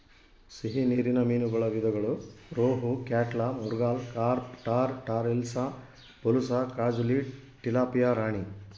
ಸಿಹಿ ನೀರಿನ ಮೀನುಗಳ ವಿಧಗಳು rohu, catla, mrigal, carp tor, tor hilsa, pulasa, ಕಾಜುಲಿ, ಟಿಲಾಪಿಯಾ ರಾಣಿ